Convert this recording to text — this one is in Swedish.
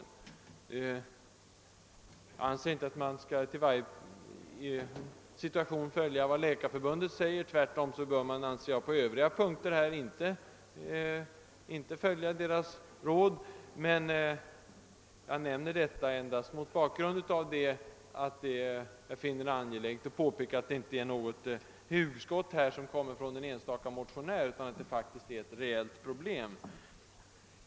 Jag anser inte att man i varje situation bör följa vad Läkarförbundet säger — tvärtom bör man enligt min mening på övriga punkter inte följa förbundets råd. Men jag finner det angeläget att påpeka, att det här inte är fråga om något hugskott från en enstaka motionär. Det är ett reellt problem.